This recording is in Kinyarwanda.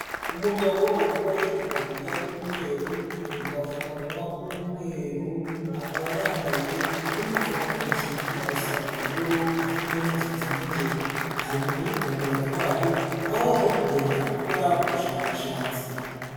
Umugabo wambaye itaburiya y'umweru, agapfukamunwa k'umweru akaba yambaye n'udupfukantoki tujya gusa ubururu afite n'umusatsi muke, ari muri laboratwari aho ari kugenda akora ubushakashatsi.